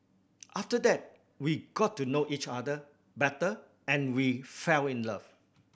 after that we got to know each other better and we fell in love